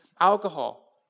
alcohol